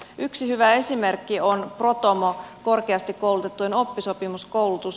yksi hyvä esimerkki on protomo korkeasti koulutettujen oppisopimuskoulutus